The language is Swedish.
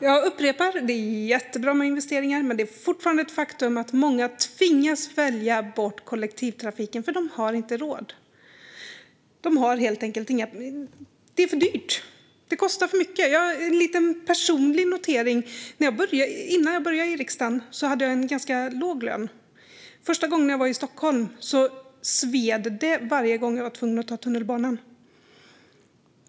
Jag upprepar: Det är jättebra med investeringar, men det är fortfarande ett faktum att många tvingas välja bort kollektivtrafiken eftersom de inte har råd. Det är för dyrt. Det kostar för mycket. Jag ska göra en liten personlig notering. Innan jag började i riksdagen hade jag en ganska låg lön. Första gångerna jag var i Stockholm sved det varje gång jag var tvungen att ta tunnelbanan.